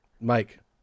Mike